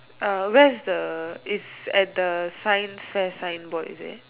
uh where is the is at the science fair sign board is it